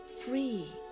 free